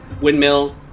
windmill